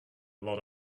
lot